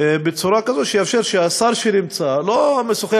בצורה כזו שיתאפשר שהשר שנמצא אינו משוחח